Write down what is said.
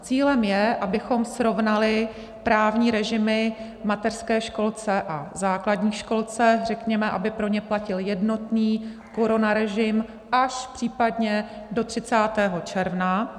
Cílem je, abychom srovnali právní režimy v mateřské školce a v základní škole, řekněme, aby pro ně platil jednotný koronarežim až případně do 30. června.